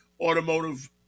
automotive